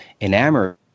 enamored